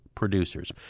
producers